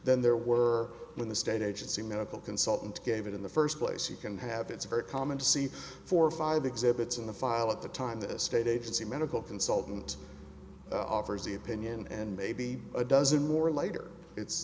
then there were when the state agency medical consultant gave it in the first place you can have it's very common to see four or five exhibits in the file at the time this state agency medical consultant offers the opinion and maybe a dozen more later it's